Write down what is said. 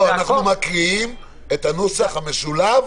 אנחנו קוראים את הנוסח המשולב.